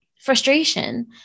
frustration